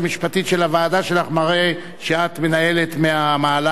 הוועדה שלך מראה שאת מנהלת מהמעלה הראשונה.